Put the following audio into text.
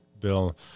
Bill